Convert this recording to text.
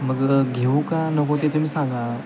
मग घेऊ का नको ते तुम्ही सांगा